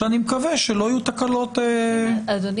ואני מקווה שלא יהיו תקלות מסוכנות.